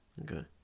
Okay